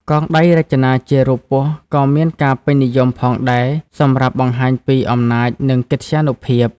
កងដៃរចនាជារូបពស់ក៏មានការពេញនិយមផងដែរសម្រាប់បង្ហាញពីអំណាចនិងកិត្យានុភាព។